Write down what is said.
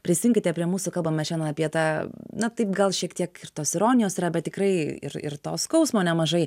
prisijunkite prie mūsų kalbame šian apie tą na taip gal šiek tiek ir tos ironijos yra bet tikrai ir ir to skausmo nemažai